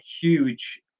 huge